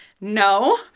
No